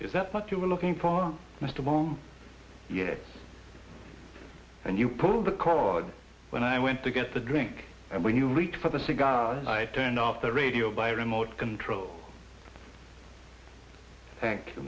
if that's what you were looking for mr mom yet and you pulled the cord when i went to get the drink and when you reached for the cigar i turned off the radio by remote control thank